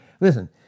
listen